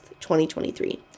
2023